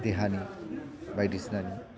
देहानि बायदिसिनानि